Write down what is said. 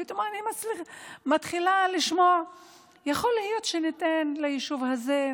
פתאום אני מתחילה לשמוע שיכול להיות שניתן ליישוב הזה,